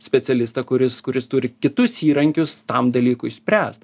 specialistą kuris kuris turi kitus įrankius tam dalykui išspręst